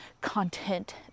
content